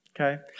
okay